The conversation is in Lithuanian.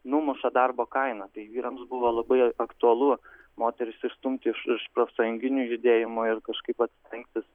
numuša darbo kainą tai vyrams buvo labai aktualu moteris išstumti iš iš profsąjunginių judėjimų ir kažkaip vat stengtis